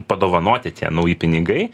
padovanoti tie nauji pinigai